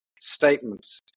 statements